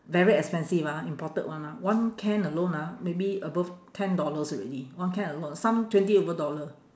very expensive ah imported one ah one can alone ah maybe above ten dollars already one can alone some twenty over dollar